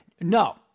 no